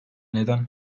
neden